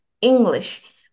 English